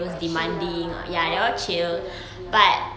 quite chill lah all okay lah okay lah